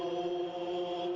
oh